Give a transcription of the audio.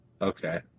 Okay